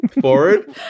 forward